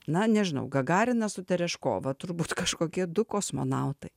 na nežinau gagarinas su tereškova turbūt kažkokie du kosmonautai